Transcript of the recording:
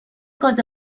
گاز